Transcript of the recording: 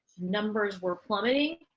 numbers were plummeting,